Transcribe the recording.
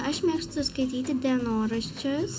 aš mėgstu skaityti dienoraščius